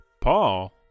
Paul